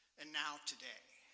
and now today.